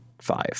five